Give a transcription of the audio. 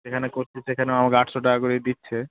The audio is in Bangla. যেখানে করছি সেখানেও আমাকে আটশো টাকা করেই দিচ্ছে